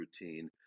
routine